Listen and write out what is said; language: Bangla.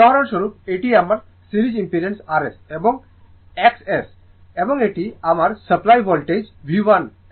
উদাহরণস্বরূপ এটি আমার সিরিজ ইম্পিডেন্স rs এবং XS এবং এটি আমার সরবরাহ ভোল্টেজ V